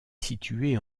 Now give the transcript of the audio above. située